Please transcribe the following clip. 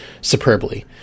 superbly